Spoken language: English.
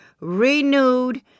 renewed